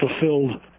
fulfilled